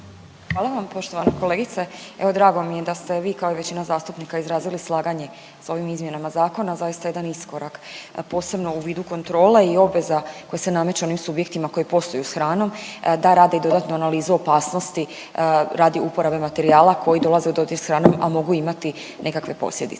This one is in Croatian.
Hvala vam. Poštovana kolegice, evo drago mi je da ste vi kao i većina zastupnika izrazili slaganje s ovim izmjenama zakona, zaista jedan iskorak posebno u vidu kontrole i obveza koje se nameću onim subjektima koji posluju s hranom da rade i dodatno analizu opasnosti radi uporabe materijala koji dolaze u dodir s hranom, a mogu imati nekakve posljedice.